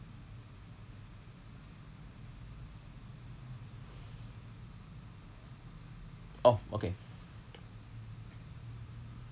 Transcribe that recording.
oh okay